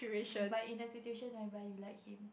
but in the situation whereby you like him